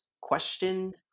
Question